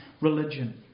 religion